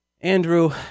Andrew